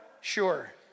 Sure